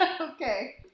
Okay